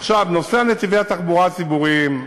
עכשיו, נושא נתיבי התחבורה הציבוריים,